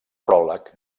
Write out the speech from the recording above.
pròleg